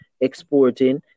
exporting